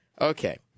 Okay